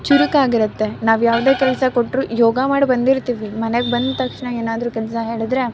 ಚುರುಕಾಗಿರುತ್ತೆ ನಾವು ಯಾವುದೇ ಕೆಲಸ ಕೊಟ್ರೂ ಯೋಗ ಮಾಡಿಬಂದಿರ್ತೀವಿ ಮನೆಗೆ ಬಂದ ತಕ್ಷಣ ಏನಾದ್ರೂ ಕೆಲಸ ಹೇಳಿದರೆ